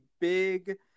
big